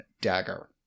dagger